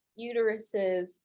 uteruses